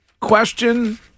Question